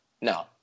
no